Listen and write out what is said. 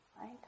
right